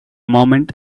moment